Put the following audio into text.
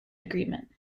agreement